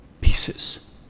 pieces